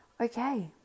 okay